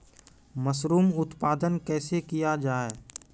Mushroom उत्पादन कैसे किया जाय?